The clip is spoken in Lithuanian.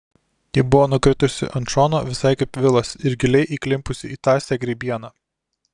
ji buvo nukritusi ant šono visai kaip vilas ir giliai įklimpusi į tąsią grybieną